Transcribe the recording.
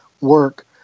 work